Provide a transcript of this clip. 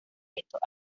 estos